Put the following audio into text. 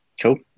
Cool